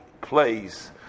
place